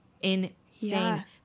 insane